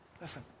Listen